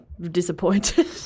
disappointed